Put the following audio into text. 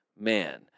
man